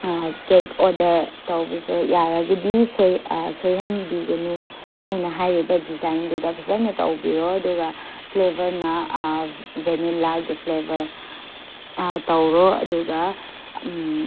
cake order ꯇꯧꯕꯁꯨ ꯌꯥꯔꯒꯗꯤ ꯁꯣꯏꯍꯟꯕꯤꯒꯅꯨ ꯑꯩꯅ ꯍꯥꯏꯔꯤꯕ ꯗꯤꯖꯥꯏꯟꯗꯨꯗ ꯐꯖꯅ ꯇꯧꯕꯤꯔꯣ ꯑꯗꯨꯒ ꯐ꯭ꯂꯦꯕꯔꯅ ꯚꯦꯅꯤꯂꯥꯒꯤ ꯐ꯭ꯂꯦꯕꯔ ꯇꯧꯔꯣ ꯑꯗꯨꯒ